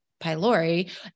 pylori